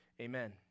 Amen